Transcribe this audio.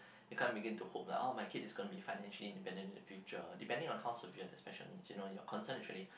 you can't make it to hope lah oh my kid is going to be financially independent in the future depending on how severe the special need you know your concern is really